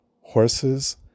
horses